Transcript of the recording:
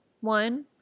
One